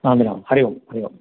हा मिलामः हरिः ओं हरिः ओम्